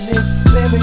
Baby